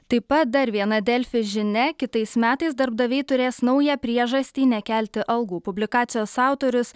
taip pat dar viena delfi žinia kitais metais darbdaviai turės naują priežastį nekelti algų publikacijos autorius